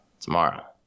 tomorrow